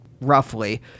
roughly